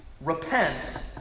Repent